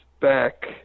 back